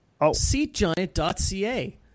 seatgiant.ca